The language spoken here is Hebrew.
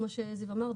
כמו שזיו אמר,